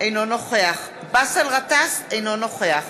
אינו נוכח באסל גטאס, אינו נוכח